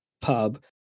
pub